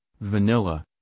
vanilla